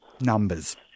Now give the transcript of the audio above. numbers